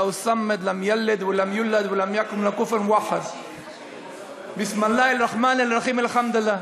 להלן תרגומם: אין אלוה מבלעדי אלוהים.